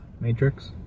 Matrix